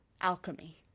Alchemy